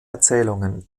erzählungen